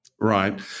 Right